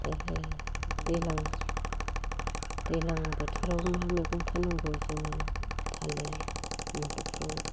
ए दैज्लां दैज्लां बोथोराव मा मैगं फाननांगौ जोङो थालिर मुदुफुल